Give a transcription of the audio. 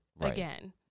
again